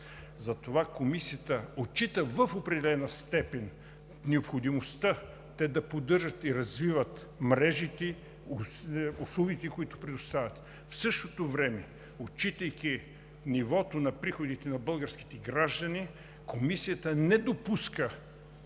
Затова Комисията отчита в определена степен необходимостта те да поддържат и развиват мрежите, услугите, които предоставят. В същото време, отчитайки нивото на приходите на българските граждани, Комисията не допуска